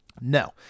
No